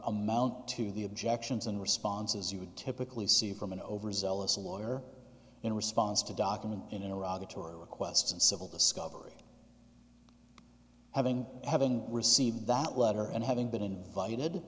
amount to the objections and responses you would typically see from an overzealous a lawyer in response to documents in iraq request and civil discovery having having received that letter and having been invited